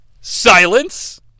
Silence